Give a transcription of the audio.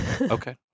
Okay